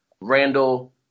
Randall